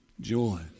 joy